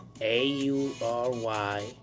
A-U-R-Y